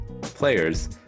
players